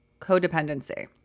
codependency